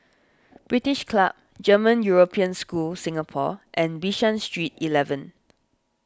British Club German European School Singapore and Bishan Street eleven